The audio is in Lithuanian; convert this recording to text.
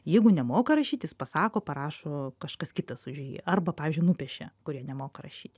jeigu nemoka rašyt jis pasako parašo kažkas kitas už jį arba pavyzdžiui nupiešia kurie nemoka rašyt